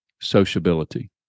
sociability